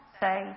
say